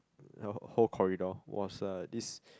the whole corridor was uh this